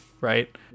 right